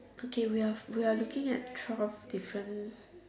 okay we are we are looking at twelve different